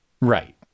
Right